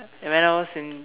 when I was in